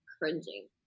cringing